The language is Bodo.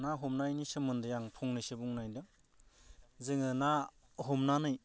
ना हमनायनि सोमोन्दै आं फंनैसो बुंनो नागिरदों जोङो ना हमनानै